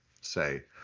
say